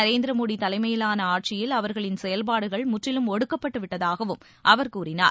நரேந்திரமோடி தலைமையிலான ஆட்சியில் அவர்களின் செயல்பாடுகள் முற்றிலும் ஒடுக்கப்பட்டுவிட்டதாகவும் அவர் கூறினார்